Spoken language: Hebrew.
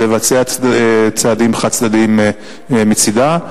לבצע צעדים חד-צדדיים מצדה.